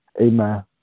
Amen